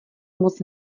moc